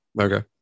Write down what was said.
Okay